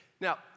Now